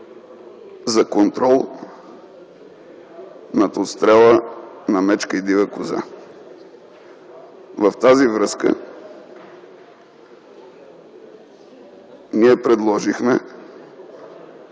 за контрол над отстрела на мечка и дива коза. В тази връзка ние предложихме